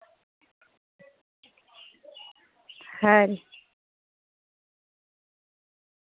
खरी